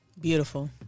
Beautiful